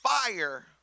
fire